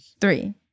three